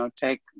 take